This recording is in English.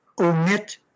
omit